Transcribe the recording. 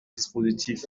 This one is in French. dispositif